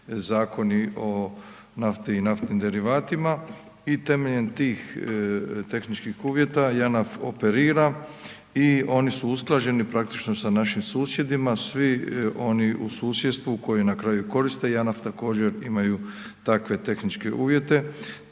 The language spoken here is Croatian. zakoni o nafti i naftnim derivatima i temeljem tih tehničkih uvjeta, Janaf operira i oni su usklađeni praktično sa našim susjedima, svi oni u susjedstvu koji na kraju koriste Janaf, također imaju takve tehničke uvjete